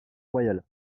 royale